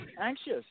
anxious